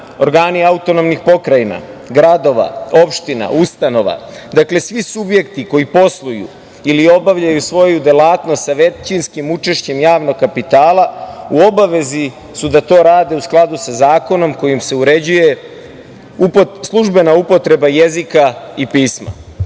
organi autonomnih pokrajina, gradova, opština, ustanova, dakle svi subjekti koji posluju ili obavljaju svoju delatnost sa većinskim učešćem javnog kapitala, u obavezi su da to rade u skladu sa zakonom kojim se uređuje službena upotreba jezika i pisma. Drugi